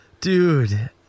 Dude